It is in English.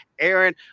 Aaron